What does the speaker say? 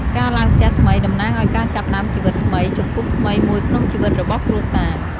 ការឡើងផ្ទះថ្មីតំណាងឱ្យការចាប់ផ្តើមជីវិតថ្មី ជំពូកថ្មីមួយក្នុងជីវិតរបស់គ្រួសារ។